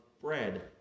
bread